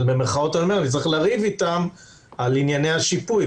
נצטרך לריב איתם על ענייני השיפוי.